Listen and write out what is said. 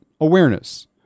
Awareness